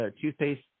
toothpaste